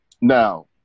now